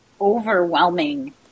overwhelming